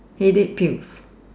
headache pills